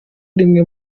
rimwe